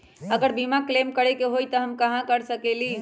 अगर बीमा क्लेम करे के होई त हम कहा कर सकेली?